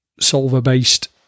solver-based